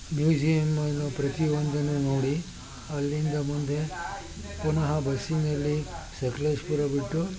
ಪ್ರತಿಯೊಂದನ್ನೂ ನೋಡಿ ಅಲ್ಲಿಂದ ಮುಂದೆ ಪುನಃ ಬಸ್ಸಿನಲ್ಲಿ ಸಕಲೇಶಪುರ ರೂಟು